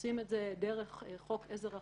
עושים את זה דרך חוק עזר אחר.